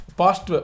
past